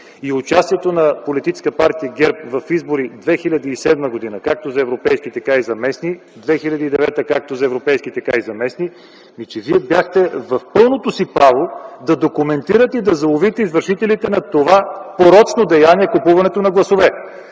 и участието на Политическа партия ГЕРБ в Избори 2007 г. както за европейски, така и за местни избори, в 2009 г. – както за европейски, така и местни избори, Вие бяхте в пълното си право да документирате и да заловите извършителите на това порочно деяние – купуването на гласове.